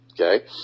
Okay